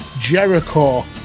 Jericho